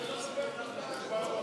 לשנת הכספים 2018, נתקבל.